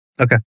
Okay